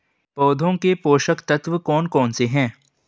पौधों के पोषक तत्व कौन कौन से हैं?